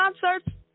concerts